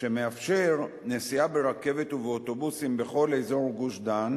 שמאפשר נסיעה ברכבת ובאוטובוסים בכל אזור גוש-דן